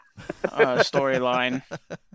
storyline